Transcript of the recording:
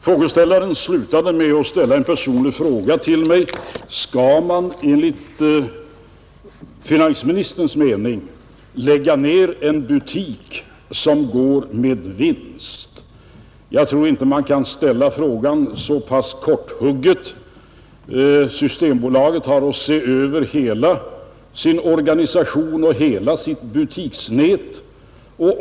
Frågeställaren slutade med att ställa en personlig fråga till mig: Skall man enligt finansministerns mening lägga ner en butik som går med vinst? Jag tror inte att man skall ställa frågan så pass korthugget Systembolaget har att se över hela sin organisation och hela sitt butiksnät.